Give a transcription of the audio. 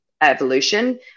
evolution